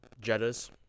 Jetta's